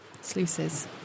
sluices